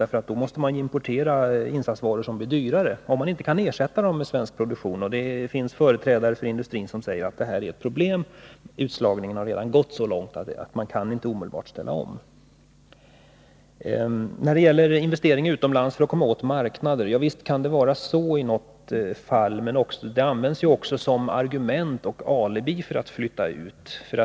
Industrin måste ju importera dyrare insatsvaror — om det inte är möjligt att ersätta dem med svensk produktion. Det finns företrädare för industrin som säger att det här är ett problem — utslagningen har redan gått så långt att man inte kan ställa om produktionen omedelbart. När det gäller att investera utomlands för att komma åt marknader, vill jag säga att det i något fall kan vara möjligt att göra det. Det används också som argument och som alibi för att flytta ut.